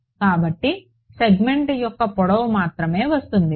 కాబట్టి సెగ్మెంట్ యొక్క పొడవు మాత్రమే వస్తుంది